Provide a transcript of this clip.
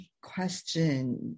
Question